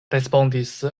respondis